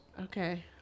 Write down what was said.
Okay